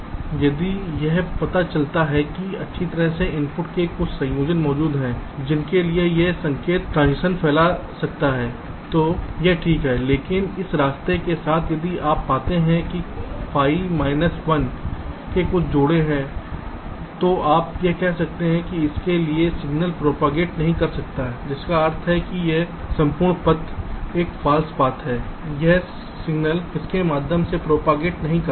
यदि यह पता चलता है कि अच्छी तरह से इनपुट के कुछ संयोजन मौजूद हैं जिसके लिए यह संकेत संक्रमण फैल सकता है तो यह ठीक है लेकिन इस रास्ते के साथ यदि आप पाते हैं कि फाई माइनस 1 के कुछ जोड़े हैं तो आइए हम यहां कहते हैं इसके लिए सिग्नल प्रोपागेट नहीं कर सकता है जिसका अर्थ है कि यह संपूर्ण पथ एक फॉल्स पाथ है यह सिग्नल इसके माध्यम से प्रोपागेट नहीं कर सकता है